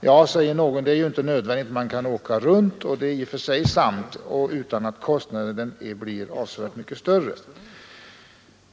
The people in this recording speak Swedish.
Ja, säger någon, det är ju inte nödvändigt för man kan åka runt — och det är i och för sig riktigt — utan att kostnaden blir avsevärt mycket högre.